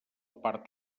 part